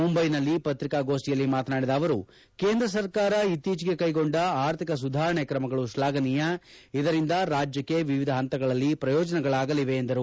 ಮುಂಬೈನಲ್ಲಿ ಪತ್ರಿಕಾ ಗೋಷ್ಠಿಯಲ್ಲಿ ಮಾತನಾಡಿದ ಅವರು ಕೇಂದ್ರ ಸರ್ಕಾರ ಇತ್ತೀಚೆಗೆ ಕೈಗೊಂಡ ಆರ್ಥಿಕ ಸುಧಾರಣೆ ಕ್ರಮಗಳು ಶ್ಲಾಘನೀಯ ಇದರಿಂದ ರಾಜ್ಲಕ್ಷೆ ವಿವಿಧ ಹಂತಗಳಲ್ಲಿ ಪ್ರಯೋಜನಗಳಾಗಲಿವೆ ಎಂದರು